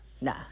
nah